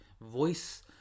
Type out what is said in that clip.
voice